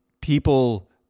people